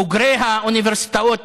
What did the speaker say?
בוגרי האוניברסיטאות,